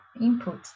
input